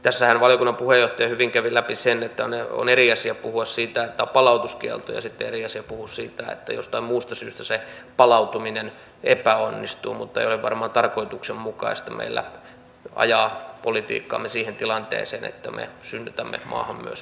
tässähän valiokunnan puheenjohtaja hyvin kävi läpi sen että on eri asia puhua siitä että on palautuskielto ja siitä että jostain muusta syystä se palautuminen epäonnistuu mutta ei ole varmaan tarkoituksenmukaista meillä ajaa politiikkaamme siihen tilanteeseen että me synnytämme maahan myös lisää paperittomia